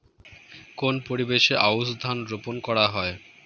কোন পরিবেশে আউশ ধান রোপন করা হয়?